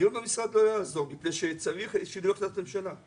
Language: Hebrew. הדיון במשרד לא יעזור מפני שצריך שינוי החלטת ממשלה.